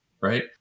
right